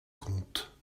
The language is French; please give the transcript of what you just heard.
conte